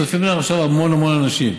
וצופים בנו עכשיו המון המון אנשים,